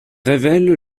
révèle